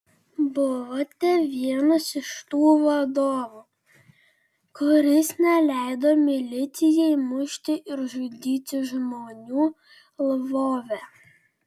buvote vienas iš tų vadovų kuris neleido milicijai mušti ir žudyti žmonių lvove